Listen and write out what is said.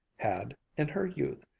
had in her youth,